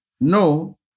No